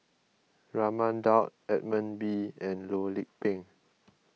Raman Daud Edmund Wee and Loh Lik Peng